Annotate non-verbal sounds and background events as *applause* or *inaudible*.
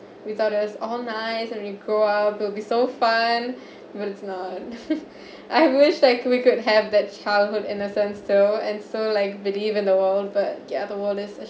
I thought as all nice and we grow up will be so fun but it's not *laughs* I wish I could we could have that childhood innocence though and so like believe in the world but ya the world is